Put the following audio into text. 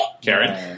Karen